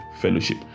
fellowship